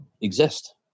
exist